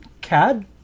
Cad